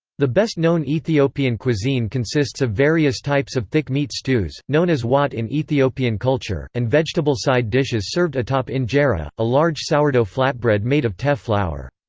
the best-known ethiopian cuisine consists of various types of thick meat stews, known as wat in ethiopian culture, and vegetable side dishes served atop injera, a large sourdough flatbread made of teff flour.